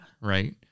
Right